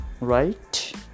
right